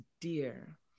dear